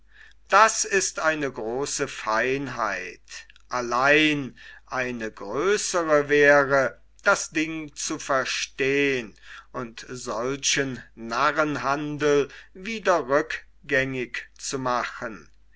das ist eine große feinheit allein eine größere wäre das ding zu verstehn und solchen narrenhandel wieder rückgängig zu machen